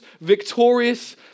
victorious